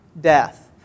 death